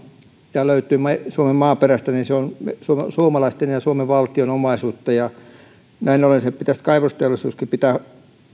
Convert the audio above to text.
ja löytyy suomen maaperästä on suomalaisten ja suomen valtion omaisuutta näin ollen pitäisi kaivosteollisuudenkin pitää